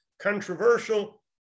controversial